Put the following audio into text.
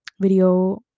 video